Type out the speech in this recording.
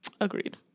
Agreed